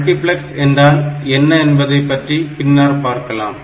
multiplex என்றால் என்ன என்பதைப் பற்றி பின்னர் பார்க்கலாம்